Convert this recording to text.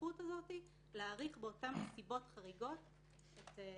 הסמכות להאריך באותן נסיבות חריגות את התיק.